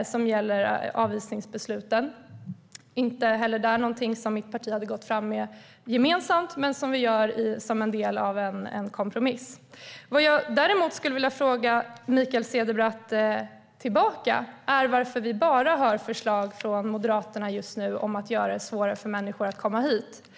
och som gäller avvisningsbesluten. Inte är det något som mitt parti hade gått fram med, men vi gjorde överenskommelsen som en del av en kompromiss. Jag skulle däremot vilja fråga Mikael Cederbratt varför vi bara hör förslag från Moderaterna om att göra det svårare för människor att komma hit.